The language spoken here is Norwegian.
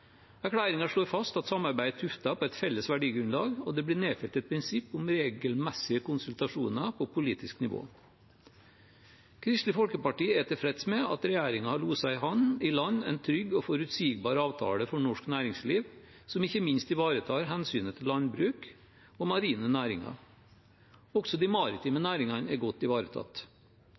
slår fast at samarbeidet er tuftet på et felles verdigrunnlag, og det blir nedfelt et prinsipp om regelmessige konsultasjoner på politisk nivå. Kristelig Folkeparti er tilfreds med at regjeringen har loset i land en trygg og forutsigbar avtale for norsk næringsliv som ikke minst ivaretar hensynet til landbruk og marine næringer. Også de maritime næringene er godt ivaretatt.